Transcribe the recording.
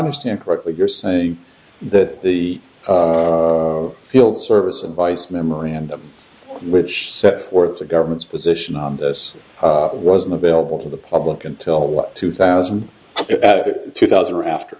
understand correctly you're saying that the field service and vice memorandum which set forth the government's position on this wasn't available to the public until two thousand two thousand or after